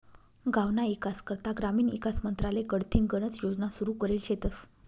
गावना ईकास करता ग्रामीण ईकास मंत्रालय कडथीन गनच योजना सुरू करेल शेतस